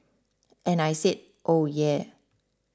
and I said yeah